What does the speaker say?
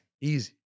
Easy